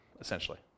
essentially